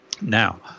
Now